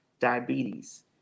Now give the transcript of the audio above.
diabetes